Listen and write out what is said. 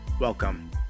Welcome